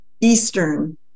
Eastern